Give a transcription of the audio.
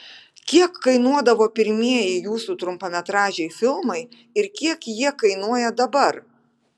kiek kainuodavo pirmieji jūsų trumpametražiai filmai ir kiek jie kainuoja dabar